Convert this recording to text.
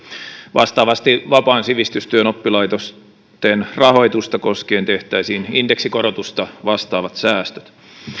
vastaavasti vapaan sivistystyön oppilaitosten rahoitusta koskien tehtäisiin indeksikorotusta vastaavat säästöt